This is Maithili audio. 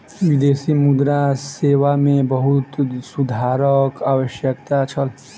विदेशी मुद्रा सेवा मे बहुत सुधारक आवश्यकता छल